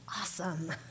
Awesome